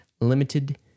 limited